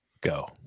Go